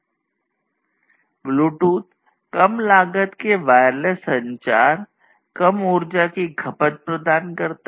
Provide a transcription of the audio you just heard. Bluetooth कम लागत के वायरलेस संचार में किया जाता है